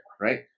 right